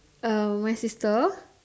uh my sister